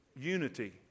Unity